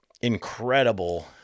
incredible